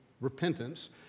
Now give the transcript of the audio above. repentance